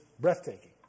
breathtaking